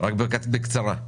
ארגון חיים וסביבה, בבקשה.